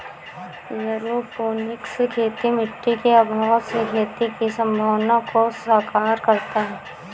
aeroponics खेती मिट्टी के अभाव में खेती की संभावना को साकार करता है